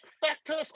factors